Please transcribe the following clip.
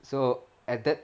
so at that